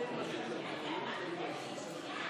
והספורט